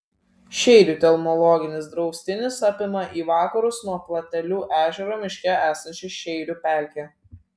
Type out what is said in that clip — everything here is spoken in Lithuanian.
šeirių telmologinis draustinis apima į vakarus nuo platelių ežero miške esančią šeirių pelkę